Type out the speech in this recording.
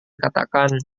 katakan